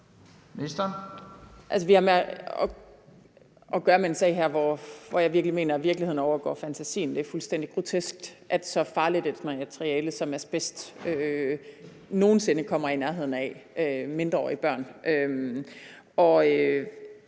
virkelig mener virkeligheden overgår fantasien. Det er fuldstændig grotesk, at et så farligt materiale som asbest nogen sinde kommer i nærheden af mindreårige børn.